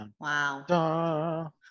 wow